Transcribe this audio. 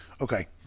Okay